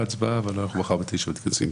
ההצבעה אבל בכל אופן מחר בשעה 09:00 מתכנסים.